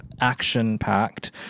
action-packed